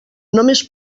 només